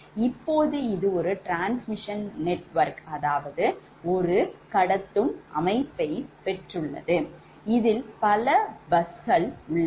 இப்போது இது ஒரு transmisssion நெட்வொர்க் என்றால் இதில் பல bus ஸ்கள் உள்ளன